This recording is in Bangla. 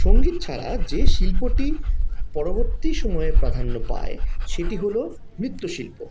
সঙ্গীত ছাড়া যে শিল্পটি পরবর্তী সময় প্রাধান্য পায় সেটি হল নৃত্যশিল্প